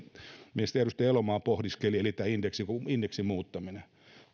mitä edustaja elomaa pohdiskeli eli tämä indeksin muuttaminen